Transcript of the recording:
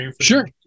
sure